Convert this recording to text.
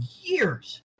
years